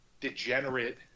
degenerate